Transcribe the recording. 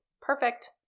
Perfect